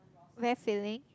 very filling